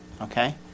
Okay